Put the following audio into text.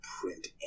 print